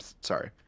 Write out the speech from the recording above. sorry